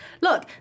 Look